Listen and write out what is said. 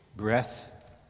Breath